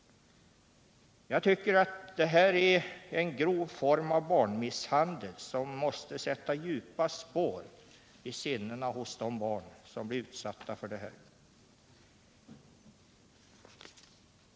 Det här är en grov barnmisshandel som måste sätta djupa spår i sinnena hos de barn som blir utsatta för dem.